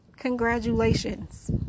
Congratulations